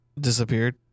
disappeared